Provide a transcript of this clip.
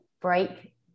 break